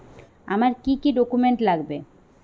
আমার কি কি ডকুমেন্ট লাগবে?